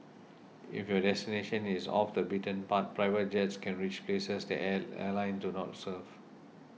if your destination is off the beaten path private jets can reach places that air airlines do not serve